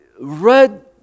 read